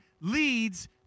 leads